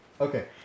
Okay